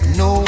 no